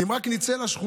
כי אם רק נצא לשכונות